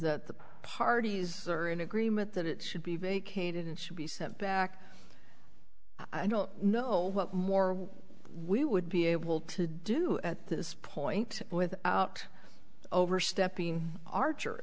that the parties are in agreement that it should be vacated and should be sent back i don't know what more we would be able to do at this point without overstepping archer